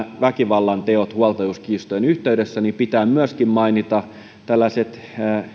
väkivallanteot huoltajuuskiistojen yhteydessä pitää myöskin mainita tällaiset